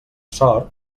sort